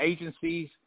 agencies